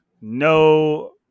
no